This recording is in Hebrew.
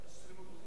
לרשותך.